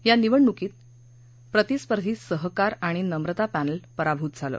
या निवडणुकीत प्रतिस्पर्धी सहकार आणि नम्रता पक्रि पराभूत झालं